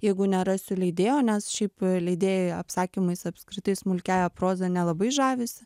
jeigu nerasiu leidėjo nes šiaip leidėjai apsakymais apskritai smulkiąja proza nelabai žavisi